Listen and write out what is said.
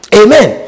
amen